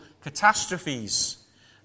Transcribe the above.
catastrophes